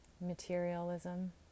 materialism